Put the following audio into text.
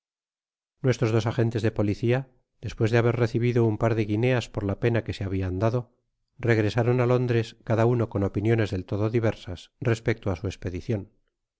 nuestros dos agcntes de policia despues de haber recibido un par de guineas por la pena que se habian dado regresaron á londres cada uno con opiniones del todo diversas respecto á su espedicion